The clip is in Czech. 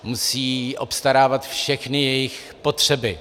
Musí obstarávat všechny jejich potřeby.